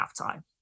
halftime